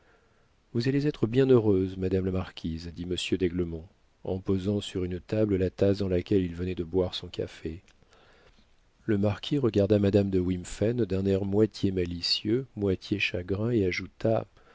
vous allez être bien heureuse madame la marquise dit monsieur d'aiglemont en posant sur une table la tasse dans laquelle il venait de boire son café le marquis regarda madame de wimphen d'un air moitié malicieux moitié chagrin et ajouta